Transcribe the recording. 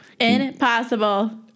impossible